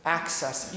access